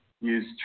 use